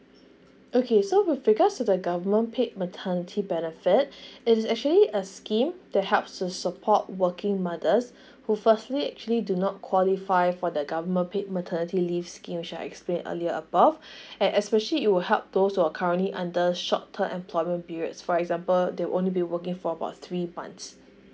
okay so with regards to the government paid maternity benefit is actually a scheme that helps to support working mothers who firstly actually do not qualify for the government paid maternity leave scheme which I explained earlier above and especially it will help those who are currently under short term employment periods for example they would only be working for about three months